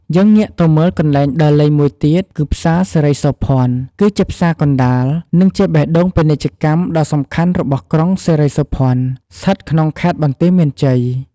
យើងងាកទៅមើកន្លែងដើរលេងមួយទៀតគឺផ្សារសិរីសោភ័ណ គឺជាផ្សារកណ្ដាល និងជាបេះដូងពាណិជ្ជកម្មដ៏សំខាន់របស់ ក្រុងសិរីសោភ័ណ ស្ថិតក្នុងខេត្តបន្ទាយមានជ័យ។